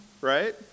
right